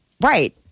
Right